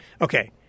Okay